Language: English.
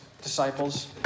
disciples